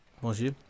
Bonjour